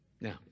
now